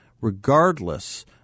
regardless